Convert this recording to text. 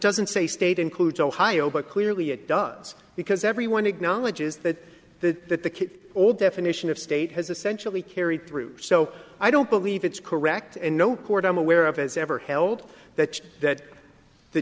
doesn't say state includes ohio but clearly it does because everyone acknowledges that the that the kids all definition of state has essentially carried through so i don't believe it's correct and no court i'm aware of as ever held that that the